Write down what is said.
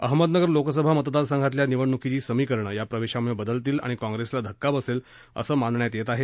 अहमदनगर लोकसभा मतदारसंघातील निवडणूकीची समीकरणं या प्रवेशामुळे बदलतील आणि कॉंप्रेसला धक्का बसेल असं मानण्यात येतं